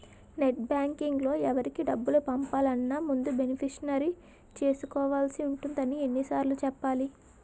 net బాంకింగ్లో ఎవరికి డబ్బులు పంపాలన్నా ముందు బెనిఫిషరీని చేర్చుకోవాల్సి ఉంటుందని ఎన్ని సార్లు చెప్పాలి